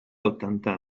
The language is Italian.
ottanta